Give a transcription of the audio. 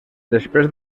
després